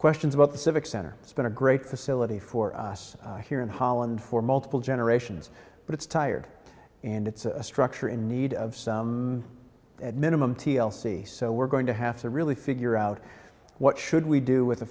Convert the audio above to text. questions about the civic center it's been a great facility for us here in holland for multiple generations but it's tired and it's a structure in need of some at minimum t l c so we're going to have to really figure out what should we do with a